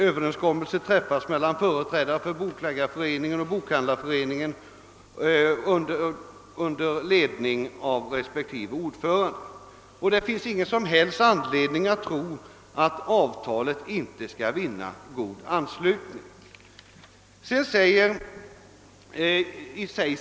Överenskommelse har träffats mellan Bokförläggareföreningen och Bokhandlareföreningen under ledning av respektive ordförande, och det finns ingen anledning att tro att avtalet inte skall vinna god anslutning.